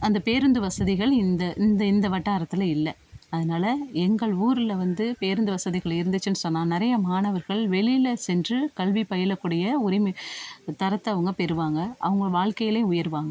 அந்த பேருந்து வசதிகள் இந்த இந்த இந்த வட்டாரத்தில் இல்லை அதனால் எங்கள் ஊரில் வந்து பேருந்து வசதிகள் இருந்துச்சுன்னு சொன்னால் நிறைய மாணவர்கள் வெளியில் சென்று கல்வி பயில கூடிய உரிமை தரத்தை அவங்க பெறுவாங்க அவங்க வாழ்க்கையிலயும் உயருவாங்க